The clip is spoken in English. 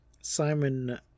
Simon